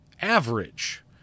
average